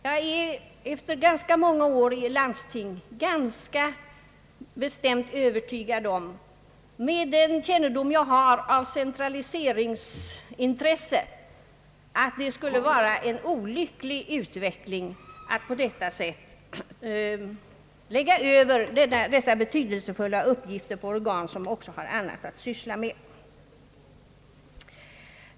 Jag är efter rätt många år i landsting och med den kännedom jag har om centraliseringsintresset ganska övertygad om att det skulle vara en olycklig utveckling att lägga över dessa betydelsefulla uppgifter på organ som också har annat att syssla med.